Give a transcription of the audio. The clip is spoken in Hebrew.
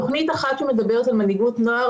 תוכנית אחת שמדברת על מנהיגות נוער,